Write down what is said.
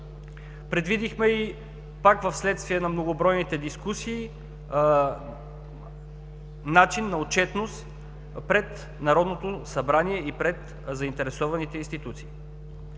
Предвидихме, пак вследствие на многобройните дискусии, начин на отчетност пред Народното събрание и пред заинтересованите институции.